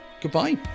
Goodbye